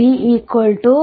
V 33